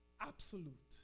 Absolute